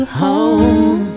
home